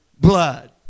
blood